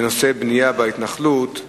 בנושא בנייה בהתנחלויות,